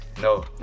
No